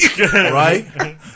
Right